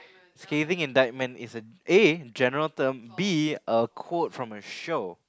scaving indigment it's a A general term B a code from a show